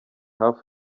hafi